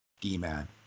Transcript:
D-man